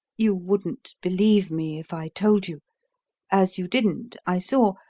you wouldn't believe me, if i told you as you didn't, i saw,